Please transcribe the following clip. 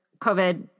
covid